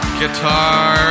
guitar